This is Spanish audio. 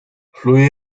fluye